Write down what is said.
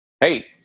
Hey